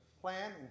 plan